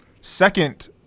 second